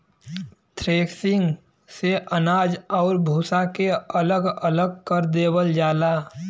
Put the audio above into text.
threshing से अनाज आउर भूसा के अलग अलग कर देवल जाला